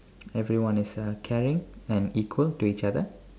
everyone is uh caring and equal to each other